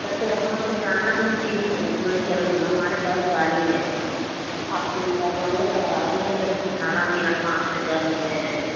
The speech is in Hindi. या तो वहाँ पर जाना है ठीक है मैं चलूँगा हमारे पास गाड़ी है आपके ले कर जाऊँगा तो आ जाऊँगा लेकिन भाड़ा मेरा पाँच हजार रुपये है